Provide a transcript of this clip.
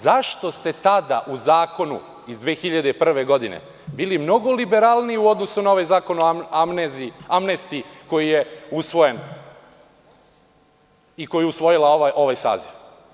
Zašto ste tada u zakonu iz 2001. godine bili mnogo liberalniji u odnosu na ovaj Zakon o amnestiji koji je usvojen i koji je usvojio ovaj saziv?